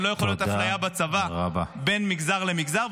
ולא יכולה להיות אפליה בצבא בין מגזר למגזר,